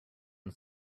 and